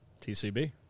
TCB